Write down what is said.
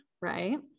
right